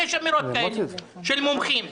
יש אמירות כאלה של מומחים.